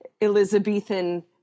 Elizabethan